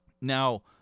Now